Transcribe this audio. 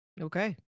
Okay